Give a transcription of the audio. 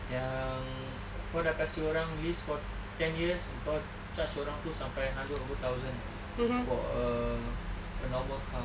yang kau dah kasih orang lease for ten years engkau charge orang tu sampai hundred over thousand for a a normal car